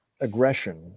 aggression